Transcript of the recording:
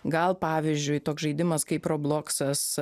gal pavyzdžiui toks žaidimas kaip robloksas